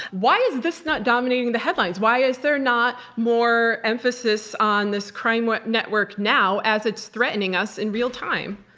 why is this not dominating the headlines? why is there not more emphasis on this crime network now as it's threatening us in real time?